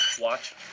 Watch